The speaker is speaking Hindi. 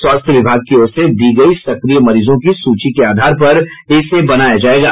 स्वास्थ्य विभाग की ओर से दी गयी सक्रिय मरीजों की सूची के आधार पर इसे बनाया जायेगा